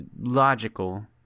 logical